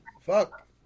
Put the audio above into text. fuck